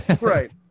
right